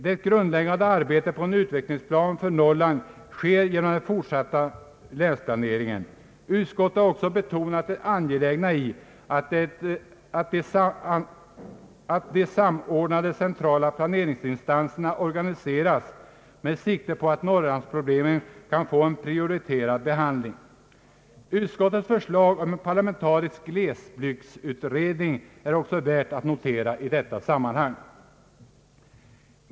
Det grundläggande arbetet på en utvecklingsplan för Norrland sker genom den fortsatta länsplaneringen. Utskottet har också betonat det angelägna i att de samordnande centrala planeringsinsatserna organiseras med sikte på att Norrlandsproblemen kan få en prioriterad behandling. Utskottets förslag om en parlamentarisk glesbygdsutredning är också värt att notera i detta sammanhang.